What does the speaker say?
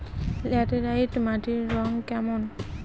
Laterite মাটির রং কেমন?